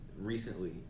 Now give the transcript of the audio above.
recently